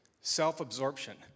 self-absorption